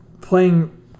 playing